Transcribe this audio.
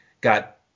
got